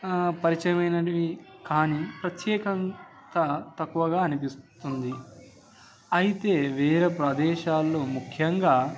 పరిచమైనవి కానీ ప్రత్యేకంగా తక్కువగా అనిపిస్తుంది అయితే వేరే ప్రదేశాల్లో ముఖ్యంగా